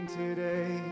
today